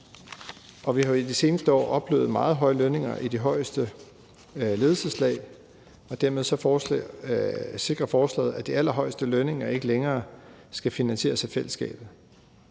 Vi har jo i de seneste år oplevet meget høje lønninger i de højeste ledelseslag, og her sikrer forslaget, at de allerhøjeste lønninger ikke længere skal finansieres af fællesskabet.